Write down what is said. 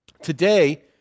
Today